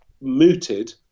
mooted